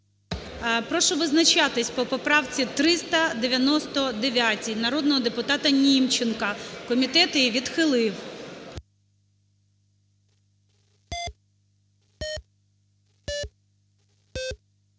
Прошу визначатися по поправці 399 народного депутата Німченка. Комітет її відхилив.